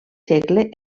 segle